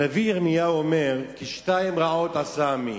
הנביא ירמיהו אומר: כי שתיים רעות עשה עמי,